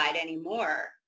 anymore